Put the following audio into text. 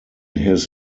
his